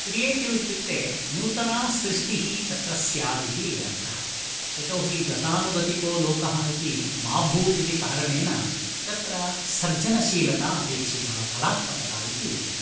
creative इत्युक्ते नूतनासृष्टिः तत्र स्याद् इति अर्थः यतोऽहि गतानुगतिको लोकः इति माभूत् इति कारणेन तत्र सर्जनशीलता आपेक्षिता कलात्मकता इति उच्यते